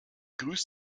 grüßt